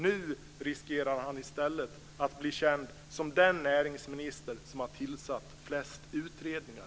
Nu riskerar han i stället att bli känd som den näringsminister som har tillsatt flest utredningar.